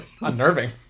unnerving